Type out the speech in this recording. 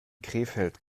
krefeld